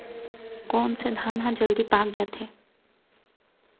कोन से धान ह जलदी पाक जाही?